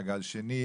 מעגל שני,